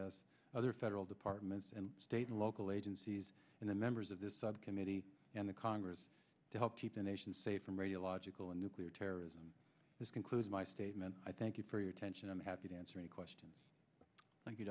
s other federal departments and state and local agencies and the members of this subcommittee and the congress to help keep the nation safe from radiological and nuclear terrorism this concludes my statement i thank you for your attention i'm happy to answer any questions